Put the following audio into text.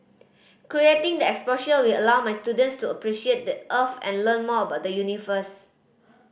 creating the exposure will allow my students to appreciate the Earth and learn more about the universe